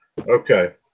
okay